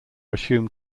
assumed